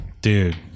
dude